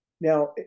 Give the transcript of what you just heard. Now